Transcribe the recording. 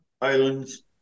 islands